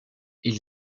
ils